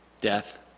death